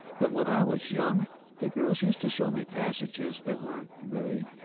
but when i was young the girls used to show me passages that weren't, really,